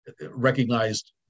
recognized